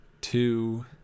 two